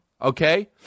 okay